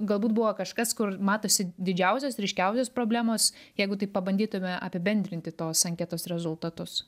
galbūt buvo kažkas kur matosi didžiausios ryškiausios problemos jeigu taip pabandytume apibendrinti tos anketos rezultatus